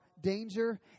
danger